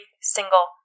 single